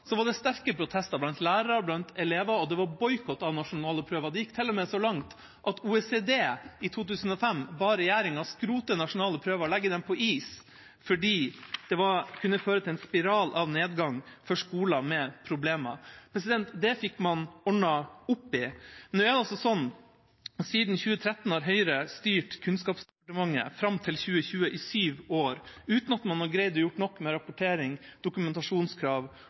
Det gikk til og med så langt at OECD i 2005 ba regjeringa skrote nasjonale prøver og legge dem på is fordi de kunne føre til en spiral av nedgang for skoler med problemer. Det fikk man ordnet opp i. Siden 2013 og fram til 2020 har Høyre styrt Kunnskapsdepartementet – i syv år – uten at man har greid å gjøre nok med rapportering, dokumentasjonskrav